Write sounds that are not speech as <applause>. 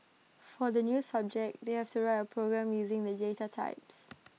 for the new subject they have to write A program using the <unintelligible> types